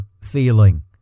feeling